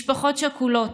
משפחות שכולות,